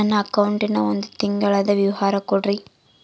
ನನ್ನ ಅಕೌಂಟಿನ ಒಂದು ತಿಂಗಳದ ವಿವರ ಕೊಡ್ರಿ?